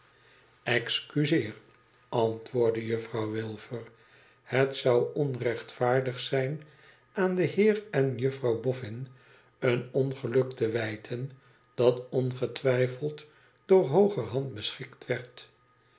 excuseer antwoordde juffrouw wilfer het zou onrechtvaardig zijp aan den heer en juffrouw boffin een ongeluk te wijten dat ongetwijfeld door hooger hand beschikt werd